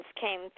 came